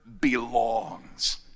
belongs